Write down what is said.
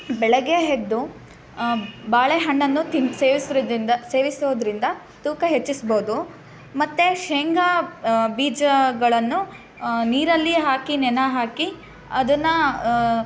ಬೆಳಗ್ಗೆ ಎದ್ದು ಬಾಳೆಹಣ್ಣನ್ನು ತಿನ್ ಸೇವಿಸೋದ್ರಿಂದ ಸೇವಿಸೋದ್ರಿಂದ ತೂಕ ಹೆಚ್ಚಿಸ್ಬೋದು ಮತ್ತು ಶೇಂಗಾ ಬೀಜಗಳನ್ನು ನೀರಲ್ಲಿ ಹಾಕಿ ನೆನೆಹಾಕಿ ಅದನ್ನ